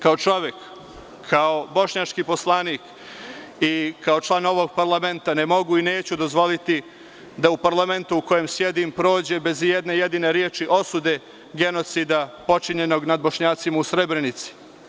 Kao čovek, kao bošnjački poslanik i kao član ovog parlamenta, ne mogu i neću dozvoliti da u parlamentu u kojem sedi, prođe bez ijedne jedine reči osude, genocida počinjenog nad Bošnjacima u Srebrenici.